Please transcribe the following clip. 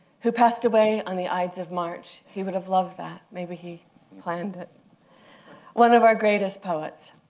who passed away on the ides of march he would have loved that maybe he planned it one of our greatest poets.